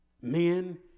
Men